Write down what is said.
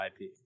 IP